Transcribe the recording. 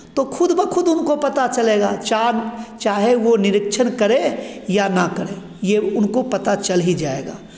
तो खुद ब खुद उनको पता चलेगा चा चाहे वो निरीक्षण करे या ना करे ये उनको पता चल ही जाएगा